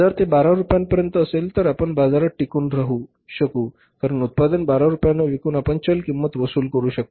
जर ते 12 रुपयांपर्यंत असेल तर आपण बाजारात टिकून राहू शकता कारण उत्पादन 12 रुपयांना विकून आपण चल किंमत वसूल करू शकता